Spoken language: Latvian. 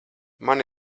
man